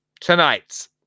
Tonight